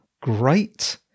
great